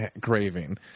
craving